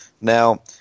Now